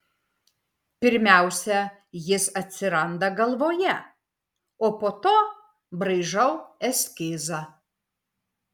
pirmiausia jis atsiranda galvoje o po to braižau eskizą